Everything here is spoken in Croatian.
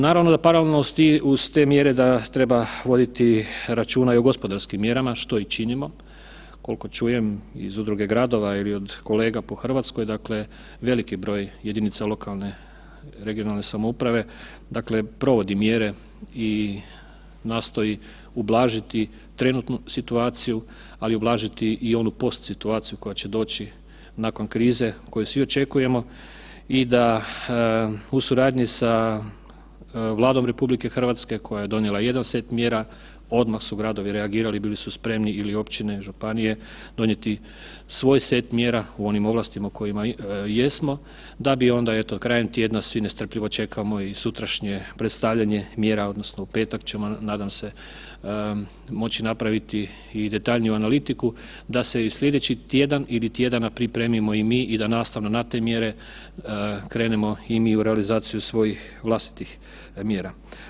Naravno da paralelno uz te mjere da treba voditi računa i o gospodarskim mjerama što i činimo, koliko čujem iz udruge gradova i od kolega po Hrvatskoj, dakle veliki je broj jedinica lokalne, regionalne samouprave dakle provodi mjere i nastoji ublažiti trenutnu situaciju, ali ublažiti i onu post situaciju koja će doći nakon krize koju svi očekujemo i da u suradnji sa Vladom RH koja je donijela jedan set mjera, odmah su gradovi reagirali bili su spremni ili općine, županije donijeti svoj set mjera po onim ovlastima u kojima jesmo, da bi onda eto krajem tjedna svi nestrpljivo čekamo i sutrašnje predstavljanje mjera odnosno u petak ćemo nadam se moći napraviti i detaljniju analitiku da se i slijedeći tjedan ili tjedana pripremimo i mi i da nastavno na te mjere krenemo i mi u realizaciju svojih vlastitih mjera.